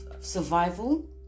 survival